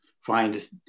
find